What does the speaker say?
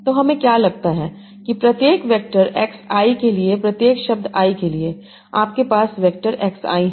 तो हमें क्या लगता है कि प्रत्येक वेक्टर x i के लिए प्रत्येक शब्द i के लिए आपके पास वेक्टर x i है